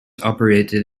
operated